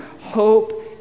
Hope